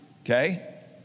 okay